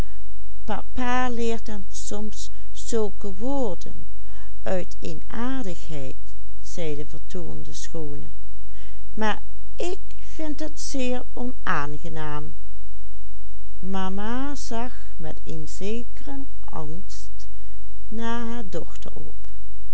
soms zulke woorden uit een aardigheid zei de vertoornde schoone maar ik vind het zeer onaangenaam mama zag met een zekeren angst naar haar dochter